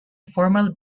formal